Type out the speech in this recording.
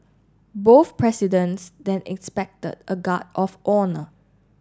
both presidents then inspected a guard of honour